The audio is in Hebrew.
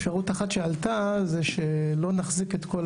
אפשרות אחת שעלתה זה שלא נחזיק את כל